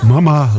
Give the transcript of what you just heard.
Mama